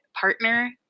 partner